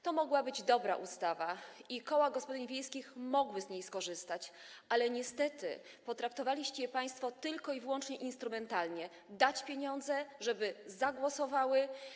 To mogła być dobra ustawa i koła gospodyń wiejskich mogły z niej skorzystać, ale niestety potraktowaliście je państwo tylko i wyłącznie instrumentalnie: dać pieniądze, żeby zagłosowały.